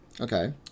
Okay